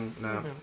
No